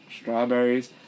Strawberries